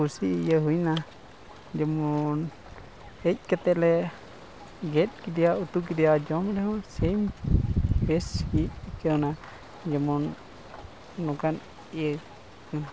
ᱠᱩᱥᱤ ᱤᱭᱟᱹ ᱦᱩᱭ ᱮᱱᱟ ᱡᱮᱢᱚᱱ ᱦᱮᱡ ᱠᱟᱛᱮ ᱞᱮ ᱜᱮᱫ ᱠᱮᱫᱮᱭᱟ ᱩᱛᱩ ᱠᱮᱫᱮᱭᱟ ᱡᱚᱢ ᱨᱮᱦᱚᱸ ᱥᱮᱭ ᱵᱮᱥ ᱦᱩᱭ ᱟᱠᱟᱱᱟ ᱡᱮᱢᱚᱱ ᱱᱚᱝᱠᱟᱱ ᱤᱭᱟᱹ